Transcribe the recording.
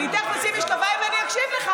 אני לא מופתעת שהם לא תומכים בחוק.